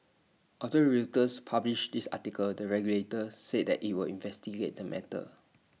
after Reuters published this article the regulator said that IT would investigate the matter